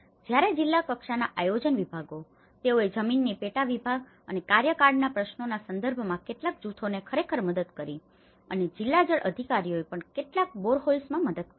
જ્યારે જિલ્લા કક્ષાના આયોજન વિભાગો તેઓએ જમીનની પેટા વિભાગ અને કાર્યકાળના પ્રશ્નોના સંદર્ભમાં કેટલાક જૂથોને ખરેખર મદદ કરી છે અને જિલ્લા જળ અધિકારીઓએ પણ કેટલાકને બોરહોલ્સમાં મદદ કરી હતી